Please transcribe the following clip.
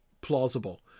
plausible